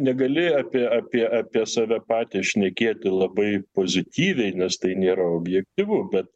negali apie apie apie save patį šnekėti labai pozityviai nes tai nėra objektyvu bet